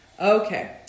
Okay